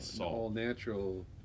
all-natural